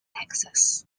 texas